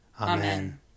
Amen